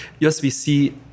USB-C